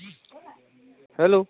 hello